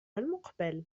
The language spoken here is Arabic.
المقبل